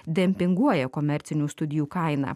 dempinguoja komercinių studijų kainą